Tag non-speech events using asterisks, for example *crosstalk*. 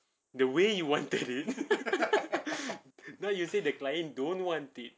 the way you wanted it *laughs* now you say the client don't want it